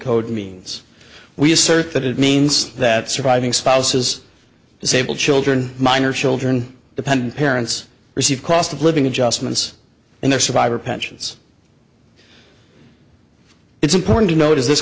code means we assert that it means that surviving spouses disabled children minor children dependent parents receive cost of living adjustments in their survivor pensions it's important to note is this